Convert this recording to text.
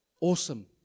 awesome